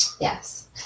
yes